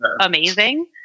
amazing